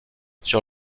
sur